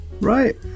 right